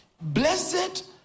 Blessed